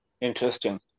Interesting